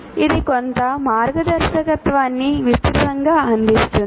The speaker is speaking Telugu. ఇది కొంత మార్గదర్శకత్వాన్ని విస్తృతంగా అందిస్తుంది